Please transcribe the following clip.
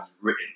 written